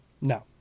No